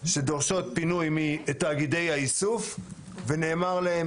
שדורשות פינוי מתאגידי האיסוף ונאמר להן